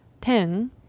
ten